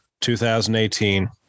2018